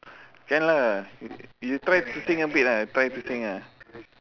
can lah you you try to sing a bit ah try to sing ah